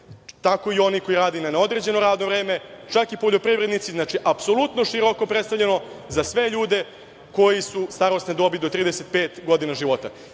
tako i oni koji rade na neodređeno radno vreme, čak i poljoprivrednici, znači, apsolutno široko predstavljeno za sve ljude koji su starosne dobi do 35 godina života.